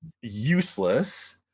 useless